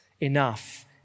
enough